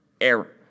error